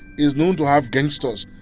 it's known to have gangsters.